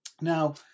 now